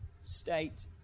state